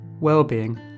well-being